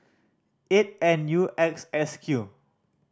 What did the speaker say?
eight N U X S Q